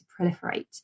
proliferate